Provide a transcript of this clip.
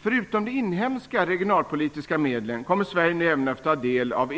Förutom de inhemska regionalpolitiska medlen kommer Sverige nu även att få ta del av